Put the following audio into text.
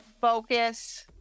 focus